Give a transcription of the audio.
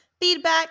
feedback